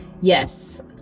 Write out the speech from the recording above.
Yes